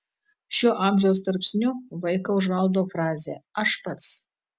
šiuo amžiaus tarpsniu vaiką užvaldo frazė aš pats